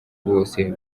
bose